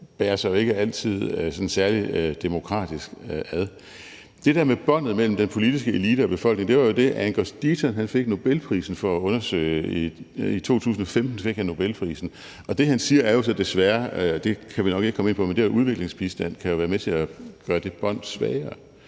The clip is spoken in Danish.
bærer sig sådan særlig demokratisk ad. Det der med båndet mellem den politiske elite og befolkningen var jo det, Angus Deaton i 2015 fik Nobelprisen for at undersøge, og det, han siger, er så desværre – og det kan vi nok ikke komme ind på – at udviklingsbistand kan være med til at gøre det bånd svagere.